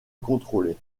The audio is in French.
contrôler